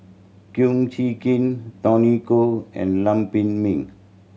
Kum Chee Kin Tony Khoo and Lam Pin Min